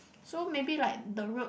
so maybe like the road